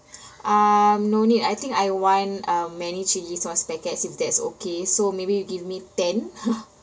um no need I think I want um many chilli sauce packets if that's okay so maybe you give me ten